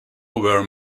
were